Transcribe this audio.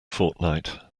fortnight